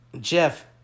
Jeff